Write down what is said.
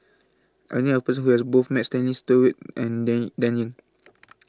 I knew A Person Who has Both Met Stanley Stewart and Dan Dan Ying